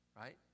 right